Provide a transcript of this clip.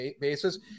basis